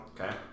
Okay